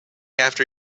after